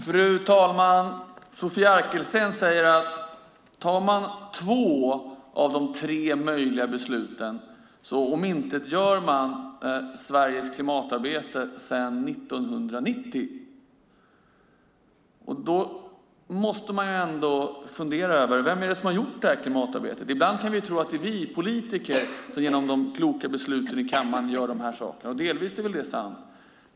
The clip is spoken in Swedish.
Fru talman! Sofia Arkelsten säger att om man tar två av de tre möjliga besluten omintetgör man Sveriges klimatarbete sedan 1990. Då måste man fundera över vem det är som har gjort detta klimatarbete. Ibland kan vi tro att det är vi politiker som genom kloka beslut i kammaren gör dessa saker, och det är delvis sant.